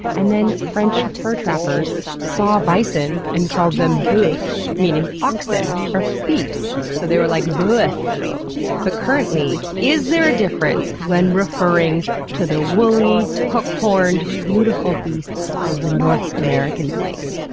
and then french fur trappers saw bison, and called them boeuf, meaning oxen or beefs. so they were like, boeuffalo. but currently, is there a difference when referring to the wooly, hook-horned, beautiful beasts of the north american plains?